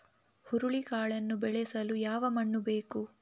ಹುರುಳಿಕಾಳನ್ನು ಬೆಳೆಸಲು ಯಾವ ಮಣ್ಣು ಬೇಕು?